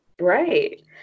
Right